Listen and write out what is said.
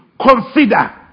consider